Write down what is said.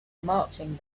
marching